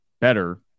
better